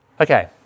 Okay